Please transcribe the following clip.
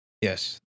Yes